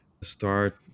start